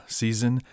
season